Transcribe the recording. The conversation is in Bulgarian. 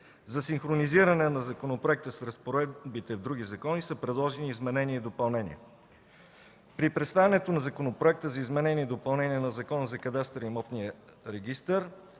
За синхронизиране на законопроекта с разпоредбите в други закони са предложени изменения и допълнения. При представянето на Законопроекта за изменение и допълнение на Закона за кадастъра и имотния регистър